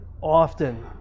often